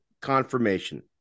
confirmation